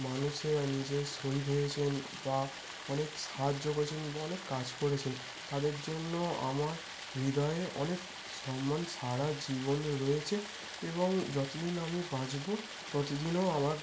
মানুষেরা নিজের শহিদ হয়েছেন বা অনেক সাহায্য করেছেন এবং অনেক কাজ করেছেন তাদের জন্য আমার হৃদয়ে অনেক সম্মান সারা জীবন রয়েছে এবং যত দিন আমি বাঁচব ততদিনও আমার